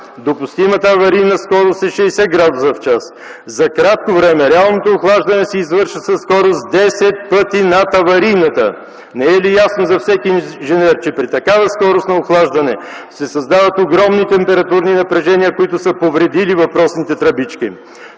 допустимата аварийна скорост е 60 градуса в час. За кратко време реалното охлаждане се извършва със скорост десет пъти над аварийната. Не е ли ясно за всеки инженер, че при такава скорост на охлаждане се създават огромни температурни напрежения, които са повредили въпросните „тръбички”?